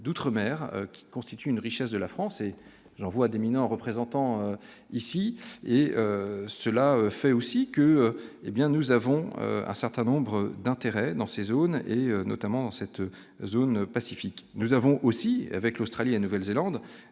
d'outre-mer qui constituent une richesse de la France et l'envoi d'éminents représentants ici et cela fait aussi que, hé bien nous avons un certain nombre d'intérêts dans ces zones et notamment cette zone pacifique, nous avons aussi avec l'Australie, la Nouvelle-Zélande,